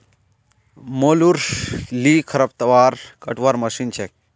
मोलूर ली खरपतवार कटवार मशीन छेक